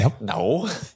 No